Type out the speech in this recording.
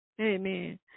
Amen